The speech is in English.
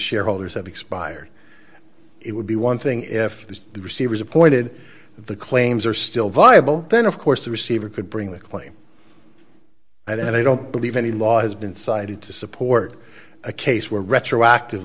shareholders have expired it would be one thing if the receivers appointed the claims are still viable then of course the receiver could bring the claim and i don't believe any laws been cited to support a case where retroactive